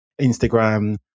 Instagram